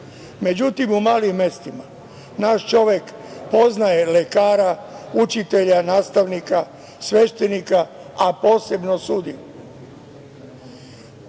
međutim u malim mestima, naš čovek poznaje lekara, učitelja, nastavnika, sveštenika, a posebno sudiju.